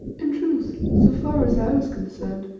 in truth, so far as i was concerned,